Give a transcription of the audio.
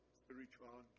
spiritual